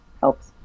helps